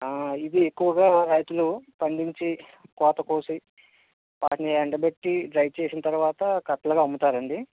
ఇది ఎక్కువగా రైతులు పండించి కోతకోసి వాటిని ఎండబెట్టి డ్రై చేసిన తర్వాత కట్లగా అమ్ముతారండి